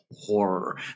horror